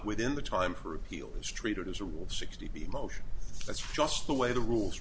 within the time for appeal is treated as a rule sixty motion that's just the way the rules